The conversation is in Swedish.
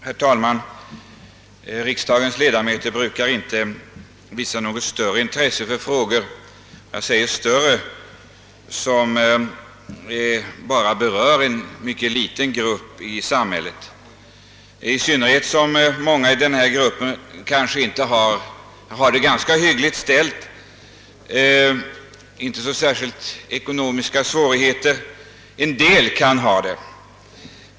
Herr talman! Riksdagens ledamöter brukar i regel inte visa något större intresse för frågor som bara berör en liten grupp människor i samhället, i all synnerhet inte om många i den grupp det gäller har det ganska hyggligt ställt ekonomiskt eller åtminstone inte dras med särskilt stora svårigheter Några kan göra det.